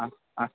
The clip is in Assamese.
অঁ অঁ